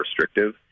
restrictive